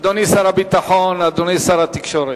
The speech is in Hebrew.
אדוני שר הביטחון, אדוני שר התקשורת.